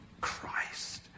Christ